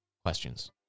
Questions